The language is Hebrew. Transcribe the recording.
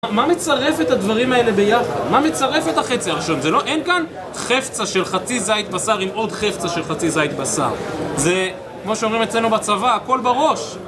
מה מצרף את הדברים האלה ביחד? מה מצרף את החצי הראשון? אין כאן חפצה של חצי זית בשר עם עוד חפצה של חצי זית בשר זה, כמו שאומרים אצלנו בצבא, הכל בראש